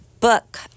Book